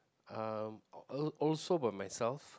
uh al~ also by myself